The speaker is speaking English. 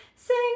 sing